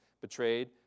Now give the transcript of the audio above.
betrayed